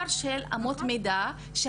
--- אבל בתקנות יש לך מבחר של אמות מידה,